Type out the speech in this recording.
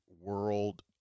world